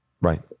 right